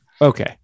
okay